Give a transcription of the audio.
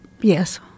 Yes